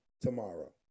tomorrow